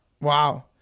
Wow